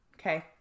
okay